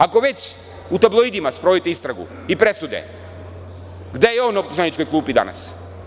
Ako već u tabloidima sprovodite istragu i presude gde je on na optuženičkoj klupi danas?